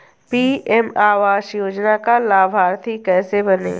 PM आवास योजना का लाभर्ती कैसे बनें?